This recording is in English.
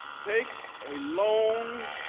take a long